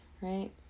right